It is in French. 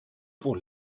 pour